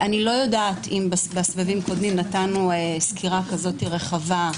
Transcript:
אני לא יודעת אם בסבבים הקודמים נתנו סקירה כזו רחבה.